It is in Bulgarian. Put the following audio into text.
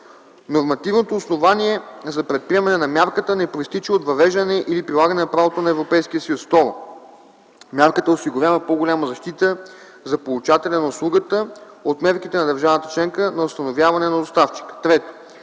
нормативното основание за предприемане на мярката не произтича от въвеждане или прилагане на правото на Европейския съюз; 2. мярката осигурява по-голяма защита за получателя на услугата от мерките на държавата членка на установяване на доставчика;